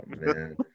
man